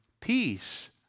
Peace